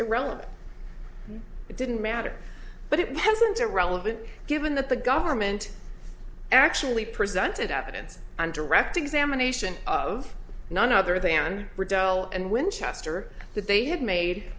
irrelevant it didn't matter but it wasn't irrelevant given that the government actually presented evidence and direct examination of none other than rebel and winchester that they had made